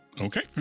Okay